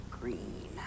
Green